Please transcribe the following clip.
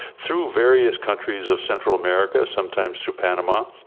through various countries of central america, sometimes through panama,